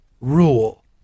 rule